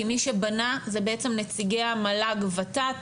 כי מי שבנה זה בעצם נציגי המל"ג ות"ת